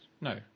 No